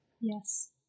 Yes